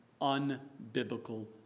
unbiblical